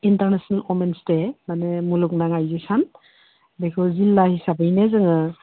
international women's day माने मुलुगनां आइजो सान बेखौ जिल्ला हिसाबैनो जोङो